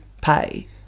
pay